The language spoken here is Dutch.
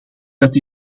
dat